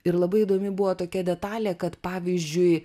ir labai įdomi buvo tokia detalė kad pavyzdžiui